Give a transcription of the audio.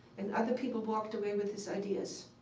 and other people walked away with his ideas.